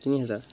তিনি হাজাৰ